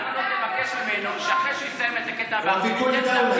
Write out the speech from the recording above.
למה לא תבקש ממנו שאחרי שהוא יסיים את הקטע בערבית לסיים,